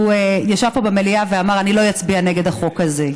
הוא ישב פה במליאה ואמר: אני לא אצביע נגד החוק הזה.